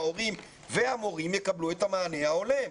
ההורים והמורים יקבלו את המענה ההולם.